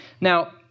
Now